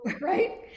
Right